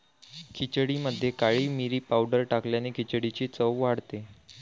खिचडीमध्ये काळी मिरी पावडर टाकल्याने खिचडीची चव वाढते